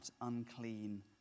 unclean